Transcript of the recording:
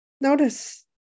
Notice